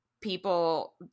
people